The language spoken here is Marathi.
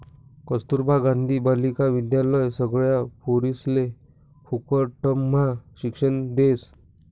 कस्तूरबा गांधी बालिका विद्यालय सगळ्या पोरिसले फुकटम्हा शिक्षण देस